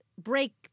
break